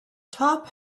top